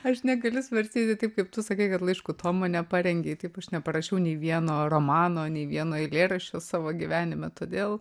aš negaliu svarstyti taip kaip tu sakai kad laiškų tomo neparengei taip aš neparašiau nei vieno romano nei vieno eilėraščio savo gyvenime todėl